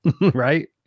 right